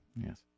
Yes